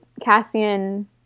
Cassian